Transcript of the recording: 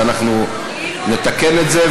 ואנחנו נתקן את זה.